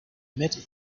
met